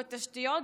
בתשתיות,